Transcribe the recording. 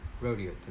Rodeo